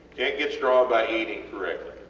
cant get strong by eating correctly.